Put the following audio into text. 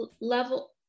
level